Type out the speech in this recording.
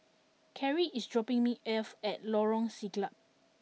Carie is dropping me off at Lorong Siglap